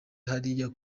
hariya